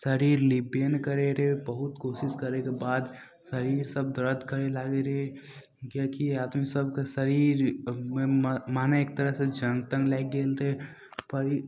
शरीर लिबबे नहि करै रहै बहुत कोशिश करैके बाद शरीर सब दरद करै लागै रहै जे कि आदमी सभके शरीर माने एक तरहसे जङ्ग तङ्ग लागि गेल रहै पर ई